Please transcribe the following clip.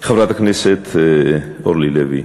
חברת הכנסת אורלי לוי,